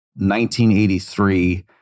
1983